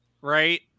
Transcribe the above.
right